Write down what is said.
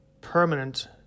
permanent